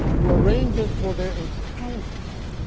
who arranges for their encounters,